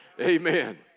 Amen